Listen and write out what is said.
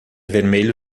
vermelho